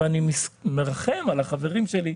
אני מרחם על החברים שלי,